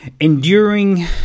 Enduring